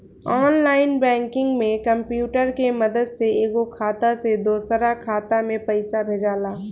online banking में computer के मदद से एगो खाता से दोसरा खाता में पइसा भेजाला